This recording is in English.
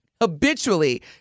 habitually